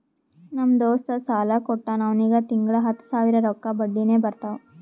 ನಮ್ ದೋಸ್ತ ಸಾಲಾ ಕೊಟ್ಟಾನ್ ಅವ್ನಿಗ ತಿಂಗಳಾ ಹತ್ತ್ ಸಾವಿರ ರೊಕ್ಕಾ ಬಡ್ಡಿನೆ ಬರ್ತಾವ್